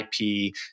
IP